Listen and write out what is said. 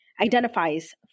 identifies